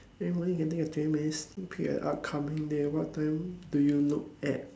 every morning getting a twenty minutes sneak peek at the upcoming day what time do you look at